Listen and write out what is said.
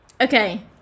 okay